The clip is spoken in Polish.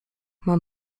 mam